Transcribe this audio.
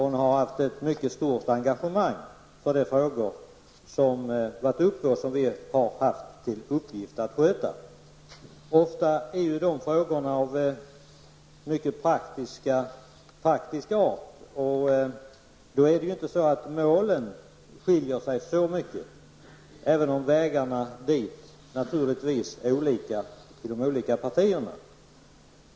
Hon har också visat ett mycket stort engagemang i de frågor som har tagits upp och som vi har haft i uppgift att sköta. Ofta har det gällt frågor av synnerligen praktisk art. Våra mål har därför inte skilt sig särskilt mycket. Men de olika partiernas metoder för att nå fram till uppsatta mål har naturligtvis varit olika.